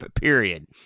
period